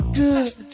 good